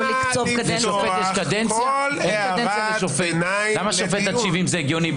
למה לפתוח כל הערת ביניים לדיון?